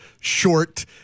short